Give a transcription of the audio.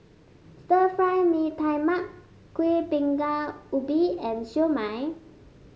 Stir Fry Mee Tai Mak Kuih Bingka Ubi and Siew Mai